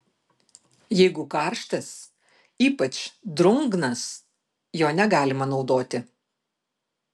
jeigu karštas ypač drungnas jo negalima naudoti